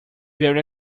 very